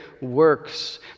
works